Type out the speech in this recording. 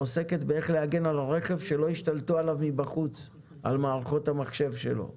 בהגנה על הרכב שלא ישתלטו על מערכות המחשב שלו מבחוץ.